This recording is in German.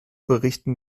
berichteten